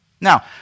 Now